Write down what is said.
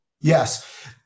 Yes